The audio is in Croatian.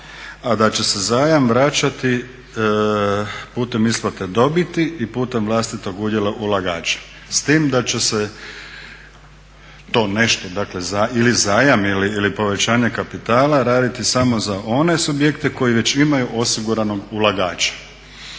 a da će se zajam vraćati putem isplate dobiti i putem vlastitog udjela ulagača s tim da će se to nešto ili zajam ili povećanje kapitala raditi samo za one subjekte koji već imaju osiguranog ulagača.